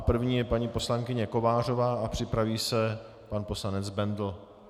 První je paní poslankyně Kovářová a připraví se pan poslanec Bendl.